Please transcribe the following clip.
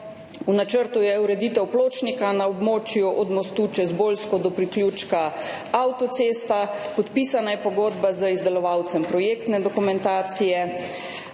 V načrtu je ureditev pločnika na območju od mostu čez Bolsko do priključka avtoceste. Podpisana je pogodba z izdelovalcem projektne dokumentacije,